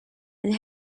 and